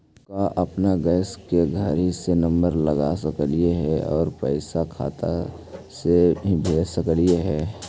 का अपन गैस के घरही से नम्बर लगा सकली हे और पैसा खाता से ही भेज सकली हे?